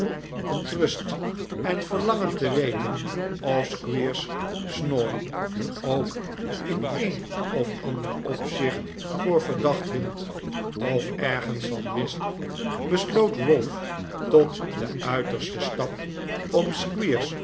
verontrust en verlangend te weten of squeers snawley ook in een of ander opzicht voor verdacht hield of ergens van wist besloot ralph tot den uitersten stap om